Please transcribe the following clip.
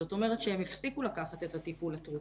זאת אומרת שהם הפסיקו לקחת את הטיפול התרופתי,